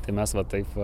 tai mes va taip